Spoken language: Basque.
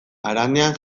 haranean